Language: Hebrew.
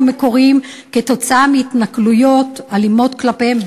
המקוריים עקב התנכלויות אלימות כלפיהם,